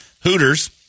Hooters